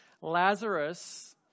Lazarus